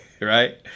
right